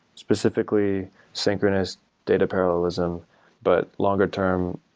specifically synchronous data parallelism but longer-term,